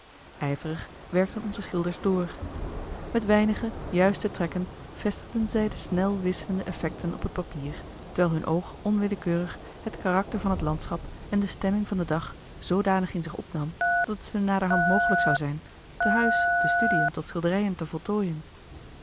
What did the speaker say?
ijverig werkten onze schilders door met weinige juiste trekken vestigden zij de snel wisselenden effecten op het papier terwijl hun oog onwillekeurig het karakter van het landschap en de stemming van den dag zoodanig in zich opnam dat het hun naderhand mogelijk zou zijn te huis de studiën tot schilderijen te voltooien